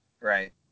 Right